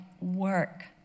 work